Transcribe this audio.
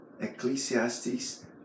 Ecclesiastes